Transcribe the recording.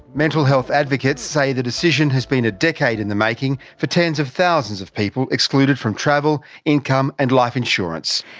mental health advocates say the decision has been a decade in the making for tens of thousands of people excluded from travel, income and life insurance.